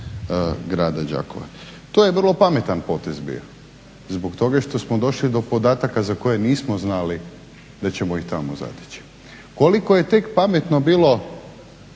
grada Đakova. To je vrlo pametan potez bio zbog toga što smo došli do podataka za koje nismo znali da ćemo ih tamo zateći. Koliko je tek pametno bilo